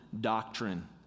doctrine